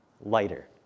lighter